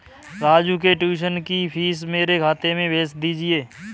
राजू के ट्यूशन की फीस मेरे खाते में भेज दीजिए